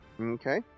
Okay